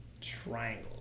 Triangle